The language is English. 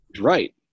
right